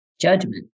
judgment